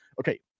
okay